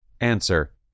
Answer